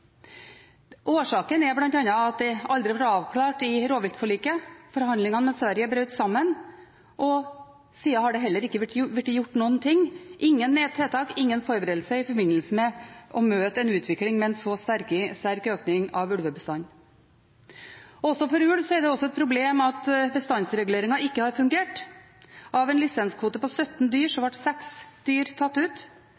Årsaken er bl.a. at det aldri har blitt avklart i rovviltforliket. Forhandlingene med Sverige brøt sammen, og siden har det heller ikke blitt gjort noen ting – ingen tiltak, ingen forberedelser i forbindelse med å møte en utvikling med en så sterk økning av ulvebestanden. Også for ulv er det et problem at bestandsreguleringen ikke har fungert. Av en lisenskvote på 17 dyr